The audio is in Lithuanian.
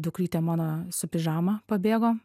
dukrytė mano su pižama pabėgo